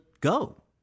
go